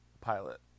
pilot